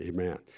Amen